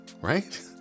right